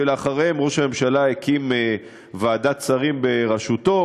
שלאחריהן ראש הממשלה הקים ועדת שרים בראשותו,